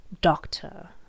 doctor